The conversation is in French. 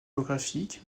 géographique